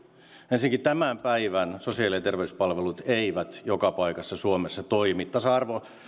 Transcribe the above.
ensinnäkään tämän päivän sosiaali ja terveyspalvelut eivät joka paikassa suomessa toimi tasa arvo